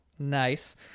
Nice